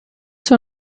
zur